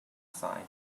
side